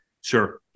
Sure